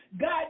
God